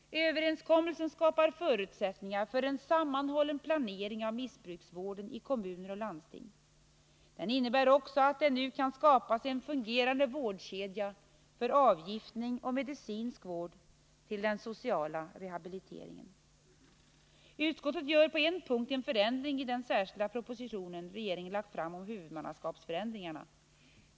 Överenskommelsen skapar förutsättningar för en sammanhållen planering av missbruksvården i kommuner och landsting. Den innebär också att det nu kan skapas en fungerande vårdkedja för avgiftning och medicinsk vård till den sociala rehabiliteringen. Utskottet gör på en punkt en förändring i den särskilda proposition regeringen lagt fram om huvudmannaskapsförändringarna.